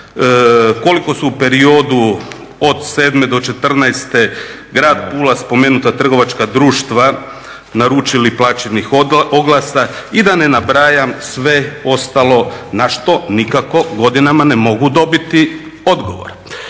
koliko su u periodu od sedme do četrnaeste grad Pula spomenuta trgovačka društva naručili plaćeni oglasa i da ne nabrajam sve ostalo na što nikako godinama ne mogu dobiti odgovor.